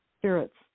spirits